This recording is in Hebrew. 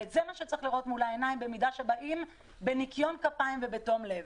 זה מה שצריך לראות מול העיניים אם מגיעים בניקיון כפיים ובתום לב.